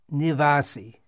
nivasi